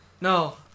No